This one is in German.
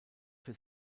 für